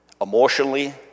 emotionally